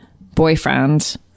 boyfriend